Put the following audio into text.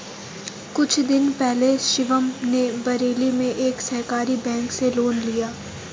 कुछ दिन पहले शिवम ने बरेली के एक सहकारी बैंक से लोन लिया